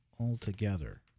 altogether